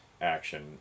action